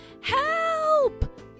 Help